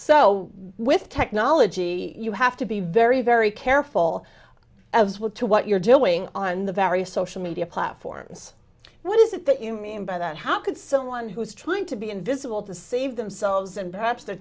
so with technology you have to be very very careful as well to what you're doing on the various social media platforms what is it that you mean by that how could someone who's trying to be invisible to save themselves and perhaps the